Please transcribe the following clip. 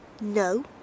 No